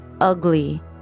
ugly